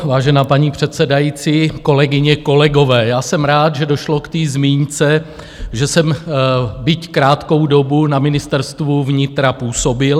Vážená paní předsedající, kolegyně, kolegové, já jsem rád, že došlo k té zmínce, že jsem, byť krátkou dobu, na Ministerstvu vnitra působil.